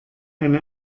eine